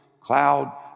Cloud